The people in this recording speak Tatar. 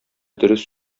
дөрес